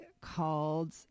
called